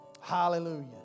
Hallelujah